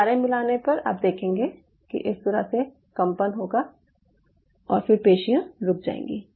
curare मिलाने पर आप देखेंगे कि इस तरह से कंपन होगा और फिर पेशियाँ रुक जाएंगी